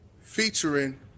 featuring